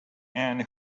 and